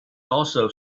also